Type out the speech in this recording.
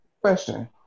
question